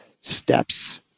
steps